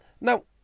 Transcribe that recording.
Now